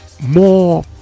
more